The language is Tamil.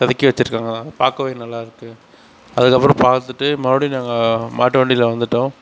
செதுக்கி வெச்சிருக்காங்களாம் அதை பார்க்கவே நல்லாருக்குது அதுக்கப்புறம் பார்த்துட்டு மறுபடியும் நாங்கள் மாட்டு வண்டியில் வந்துட்டோம்